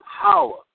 power